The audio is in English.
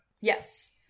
Yes